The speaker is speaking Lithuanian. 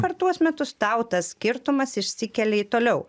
per tuos metus tau tas skirtumas išsikelia į toliau